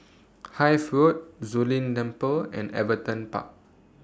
Hythe Road Zu Lin Temple and Everton Park